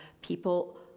people